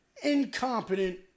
incompetent